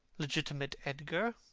legitimate edgar,